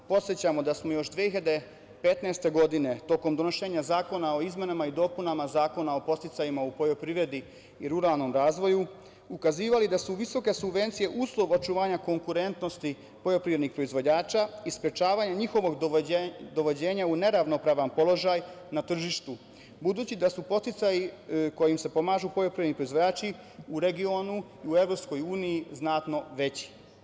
Podsećamo da smo još 2015. godine, tokom donošenja Zakona o izmenama i dopunama Zakona o podsticajima u poljoprivredi i ruralnom razvoju, ukazivali da su visoke subvencije uslov očuvanja konkurentnosti poljoprivrednih proizvođača i sprečavanje njihovog dovođenja u neravnopravan položaj na tržištu, budući da su podsticaji kojim se pomažu poljoprivredni proizvođači u regionu u EU znatno veći.